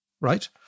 right